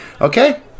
Okay